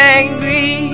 angry